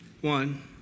One